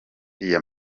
aya